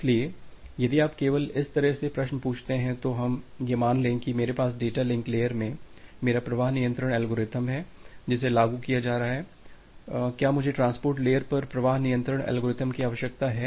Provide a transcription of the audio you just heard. इसलिए यदि आप केवल इस तरह से प्रश्न पूछते हैं तो हम यह मान लें कि मेरे पास डेटा लिंक लेयर में मेरा प्रवाह नियंत्रण एल्गोरिदम है जिसे लागू किया जा रहा है क्या मुझे ट्रांसपोर्ट लेयर पर प्रवाह नियंत्रण एल्गोरिदम की आवश्यकता है